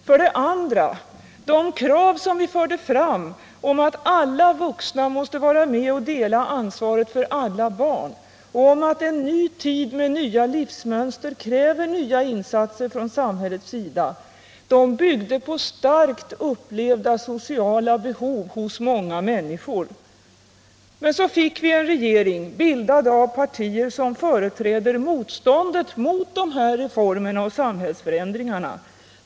För det andra: De krav vi förde fram, att alla vuxna måste vara med och dela ansvaret för alla barn och att nya insatser måste göras från samhällets sida i en tid med nya livsmönster, byggde på starkt upplevda sociala behov hos många människor. Så fick vi en regering bildad av partier som företräder motståndet mot de här reformerna och samhällsförändringarna.